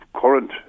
current